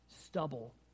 stubble